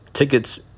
Tickets